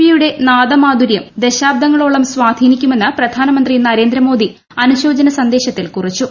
ബിയുടെ നാദമാധുരൃം ദശാബ്ദങ്ങളോളം സ്വാധീനിക്കുമെന്ന് പ്രധാനമന്ത്രി നരേന്ദ്രമോദി അനുശോചന സന്ദേശത്തിൽ കുറിച്ചു